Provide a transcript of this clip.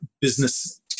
business